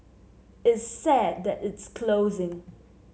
it's sad that it's closing